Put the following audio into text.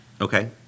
Okay